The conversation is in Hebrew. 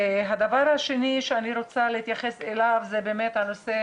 הדבר השני שאני רוצה להתייחס אליו זה באמת הנושא